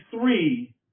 three